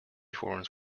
forms